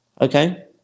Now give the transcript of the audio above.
Okay